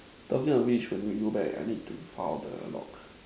talking about which when we go back I need to file the log